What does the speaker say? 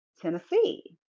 Tennessee